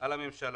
על הממשלה.